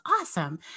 awesome